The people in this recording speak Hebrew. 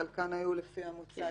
חלקן היו לפי המוצע,